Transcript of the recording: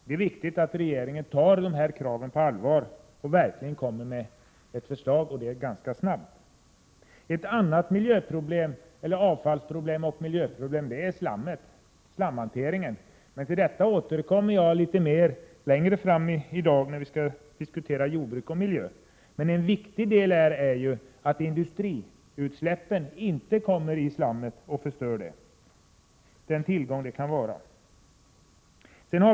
Det är viktigt att regeringen tar dessa krav på allvar och verkligen kommer med ett förslag, och det ganska snabbt. Ett annat avfallsoch miljöproblem är slamhanteringen. Till detta återkommer jag litet längre fram i dag, när vi skall diskutera jordbruk och miljö. En viktig del här är att industriutsläppen inte får komma in och förstöra den tillgång som slammet kan utgöra.